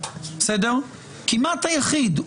כמעט היחיד,